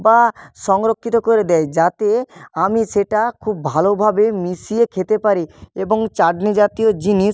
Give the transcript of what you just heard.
বা সংরক্ষিত করে দেয় যাতে আমি সেটা খুব ভালোভাবে মিশিয়ে খেতে পারি এবং চাটনি জাতীয় জিনিস